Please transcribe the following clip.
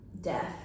Death